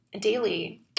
daily